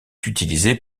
utilisé